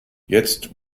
jetzt